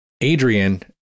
Adrian